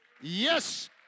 Yes